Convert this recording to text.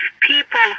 people